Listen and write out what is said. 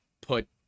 put